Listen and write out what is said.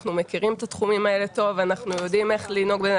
אחנו מכירים את התחומים האלה טוב ויודעים איך לדאוג.